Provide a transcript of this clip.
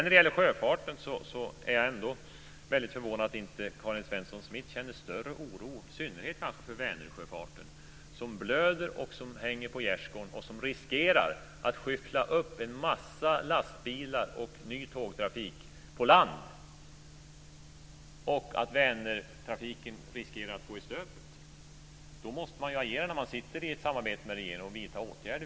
När det gäller sjöfarten är jag förvånad över att inte Karin Svensson Smith känner större oro i synnerhet för Vänersjöfarten som blöder och hänger på gärdsgården och som hotar att skyffla upp en massa lastbilar och ny tågtrafik på land. Det finns risk för att Om man sitter i ett samarbete med regeringen måste man vidta åtgärder.